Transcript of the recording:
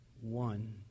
one